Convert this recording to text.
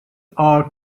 are